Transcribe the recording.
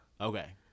Okay